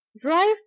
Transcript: Drive